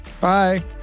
Bye